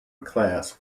class